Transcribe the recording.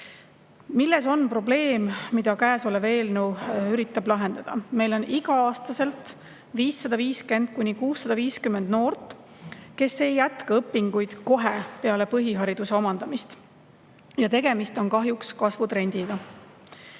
Milles on probleem, mida käesolev eelnõu üritab lahendada? Meil on igal aastal 550–650 noort, kes ei jätka õpinguid kohe peale põhihariduse omandamist. Ja tegemist on kahjuks kasvutrendiga.